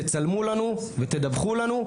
תצלמו לנו ותדווחו לנו,